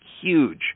huge